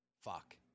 fuck